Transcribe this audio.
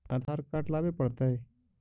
आधार card लाबे पड़तै?